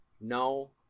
No